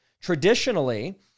Traditionally